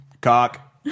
cock